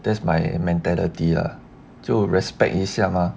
that's my mentality lah 就 respect 一下 mah